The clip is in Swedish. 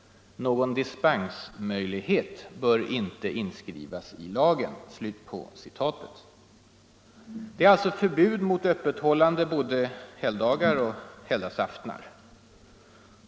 Någon dispensmöjlighet bör inte inskrivas i lagen.” Det är alltså förbud mot öppethållande både helgdagar och helgdagsaftnar.